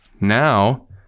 Now